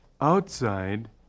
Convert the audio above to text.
outside